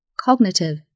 cognitive